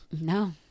no